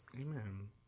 Amen